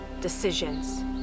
decisions